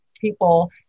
people